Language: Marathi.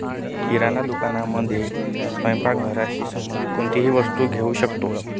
किराणा दुकानामध्ये स्वयंपाक घराशी संबंधित कोणतीही वस्तू घेऊ शकतो